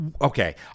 okay